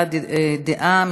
הבעת דעה,